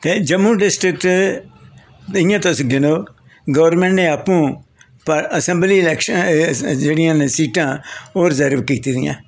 ते जम्मू डिस्ट्रिक्ट च इ'यां तुस गिनो गौरमैंट ने आपूं असैंबली इलेक्शन जेह्ड़ियां न सीटां ओह् रिज़र्व कीती दियां